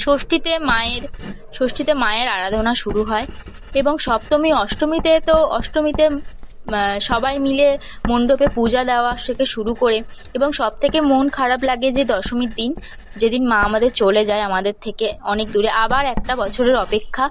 ষষ্ঠীতে মায়ের ষষ্ঠীতে মায়ের আরাধনা শুরু হয় এবং সপ্তমী অষ্টমীতে তো অষ্টমীতে সবাই মিলে মণ্ডপে পূজা দেওয়া স থেকে শুরু করে এবং সব থেকে মন খারাপ লাগে যে দশমীর দিন যে দিন মা আমাদের চলে যায় আমাদের থেকে অনেক দূরে আবার একটা বছরের অপেক্ষা